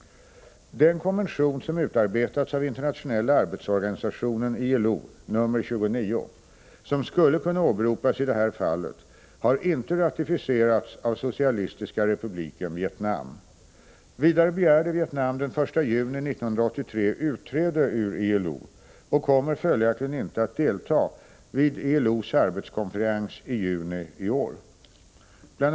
Den konvention som utarbetats av Internationella Arbetsorganisationen, ILO, nr 29, som skulle kunna åberopas i det här fallet har inte ratificerats av Socialistiska Republiken Vietnam. Vidare begärde Vietnam den 1 juni 1983 utträde ur ILO och kommer följaktligen inte att delta vid ILO:s arbetskonferens i juni i år. Bl.